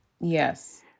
yes